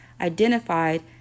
identified